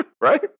right